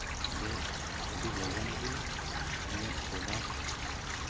ᱡᱮ ᱟᱹᱰᱤ ᱞᱚᱜᱚᱱ ᱜᱮ ᱤᱧᱟᱹᱜ ᱯᱨᱚᱰᱟᱠᱴ